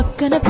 good.